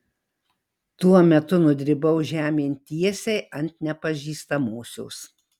tuo metu nudribau žemėn tiesiai ant nepažįstamosios